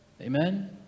Amen